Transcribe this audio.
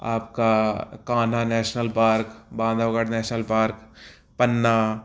आपका Kanha national park Bandhavgarh national park पन्ना